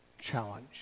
challenge